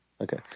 Okay